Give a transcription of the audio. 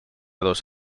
dos